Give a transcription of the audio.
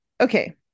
Okay